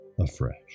afresh